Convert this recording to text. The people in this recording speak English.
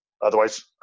Otherwise